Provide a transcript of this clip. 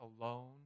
alone